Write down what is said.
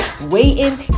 Waiting